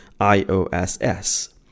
IOSS